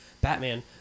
Batman